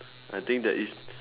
I think that is